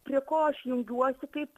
prie ko aš jungiuosi kaip